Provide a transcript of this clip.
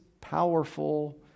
powerful